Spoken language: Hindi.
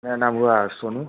मेरा नाम हुआ सोनू